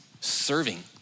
serving